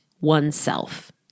oneself